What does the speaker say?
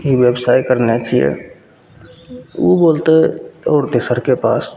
ई बेवसाइ करने छिए ओ बोलतै आओर तेसरके पास